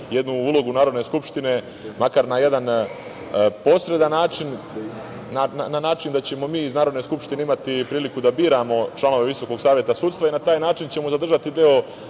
jednu ulogu Narodne skupštine, makar na jedan posredan način, na način da ćemo mi iz Narodne skupštine imati priliku da biramo članove Visokog saveta sudstva i na taj način ćemo zadržati deo